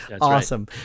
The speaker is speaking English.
Awesome